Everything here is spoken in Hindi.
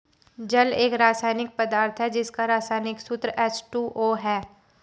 जल एक रसायनिक पदार्थ है जिसका रसायनिक सूत्र एच.टू.ओ है